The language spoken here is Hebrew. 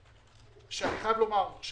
שבעקבותיהן מונה בזמנו אלכס ויז'ניצר ליושב-ראש